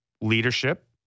leadership